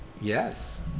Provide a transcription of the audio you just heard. Yes